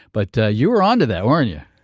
but you were onto that weren't you?